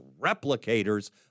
replicators